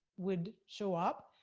would show up,